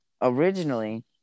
originally